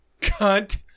cunt